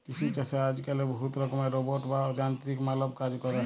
কিসি ছাসে আজক্যালে বহুত রকমের রোবট বা যানতিরিক মালব কাজ ক্যরে